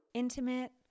Intimate